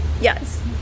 Yes